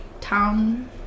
town